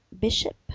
Bishop